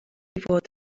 fod